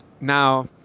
Now